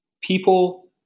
people